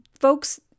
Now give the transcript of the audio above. folks